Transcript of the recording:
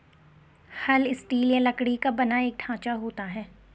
हल स्टील या लकड़ी का बना एक ढांचा होता है